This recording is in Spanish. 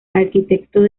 arquitectos